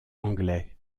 anglais